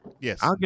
Yes